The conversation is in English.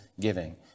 giving